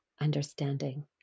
understanding